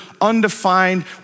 undefined